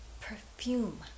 perfume